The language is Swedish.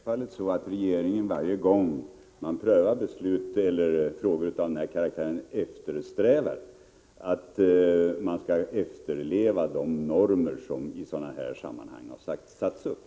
Fru talman! Självfallet eftersträvar regeringen varje gång vi prövar en fråga av den här karaktären att man skall efterleva de normer som i sådana här sammanhang har satts upp.